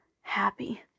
happy